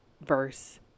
verse